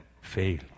fail